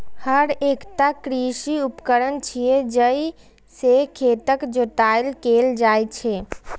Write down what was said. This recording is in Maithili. हर एकटा कृषि उपकरण छियै, जइ से खेतक जोताइ कैल जाइ छै